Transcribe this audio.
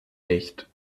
nicht